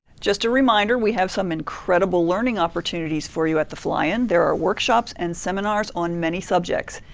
just a reminder, we have some incredible learning opportunities for you at the fly-in. there are workshops and seminars on many subjects.